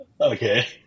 Okay